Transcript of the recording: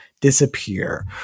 disappear